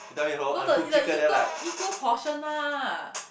no the the equal equal portion lah